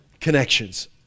connections